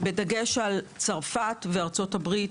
בדגש על צרפת וארצות הברית.